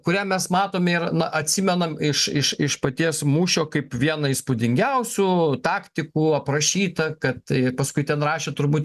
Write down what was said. kurią mes matome ir atsimenam iš iš iš paties mūšio kaip vieną įspūdingiausių taktikų aprašytą kad paskui ten rašė turbūt